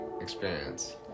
experience